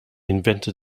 invented